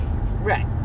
Right